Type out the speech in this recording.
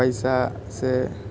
पैसा से